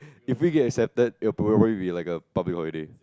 if we get accepted it will probably be like a public holiday